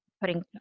putting